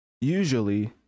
usually